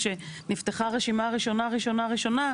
כשנפחה הרשימה הראשונה ראשונה,